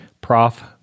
Prof